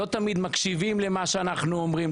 לא תמיד מקשיבים למה שאנחנו אומרים,